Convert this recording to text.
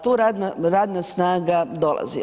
Tu radna snaga dolazi.